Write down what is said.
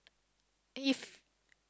if